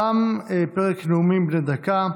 תם פרק נאומים בני דקה.